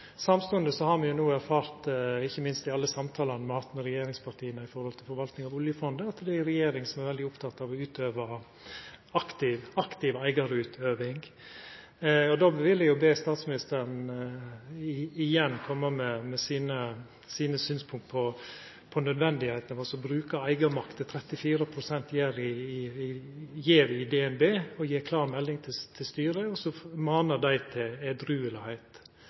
Samstundes har me no erfart, ikkje minst i alle samtalene me har hatt med regjeringspartia når det gjeld forvalting av Oljefondet, at det er ei regjering som er veldig oppteken av aktiv eigarutøving. Då vil eg be statsministeren igjen om å koma med sine synspunkt på kor nødvendig det er å bruka eigarmakta – 34 pst. i DNB – og gi klar melding til styret og mana til edruelegheit